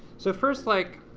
so first, like,